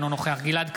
אינו נוכח גלעד קריב,